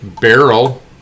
Barrel